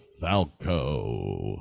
falco